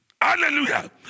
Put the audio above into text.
Hallelujah